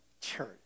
church